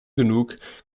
genug